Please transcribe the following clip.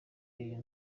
iyo